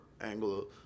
Anglo